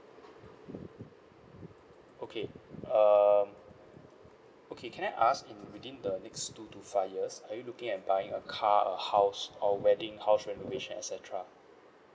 okay um okay can I ask in within the next two to five years are you looking at buying a car a house or wedding house renovation et cetera